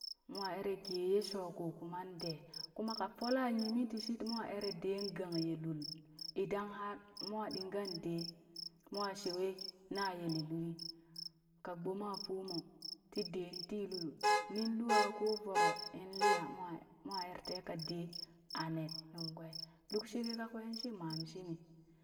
Moo eree gee ye sho koo kuman dee kuma kaa fola yimi tii shit moo eree deen gang ye lul idan har mwa ɗingan dee mwa shewee na yele luli ka gboma fuumoo ti dee ti lul nin lua ƙoo voro in liya mwa mwa er tee kaa dee aa ne nung kwee luk sheke kakwee shii mam shimi.